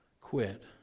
quit